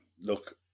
Look